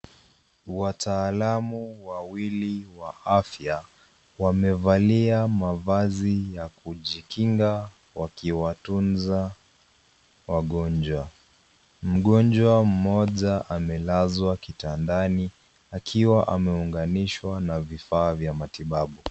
Wataalamu wawili wa afya, wamevalia mavazi ya kujikinga wakiwatunza wagonjwa. Mgonjwa mmoja amelazwa kitandani akiwa ameunganishwa na vifaa vya matibabu.